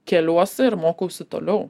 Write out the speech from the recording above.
keliuosi ir mokausi toliau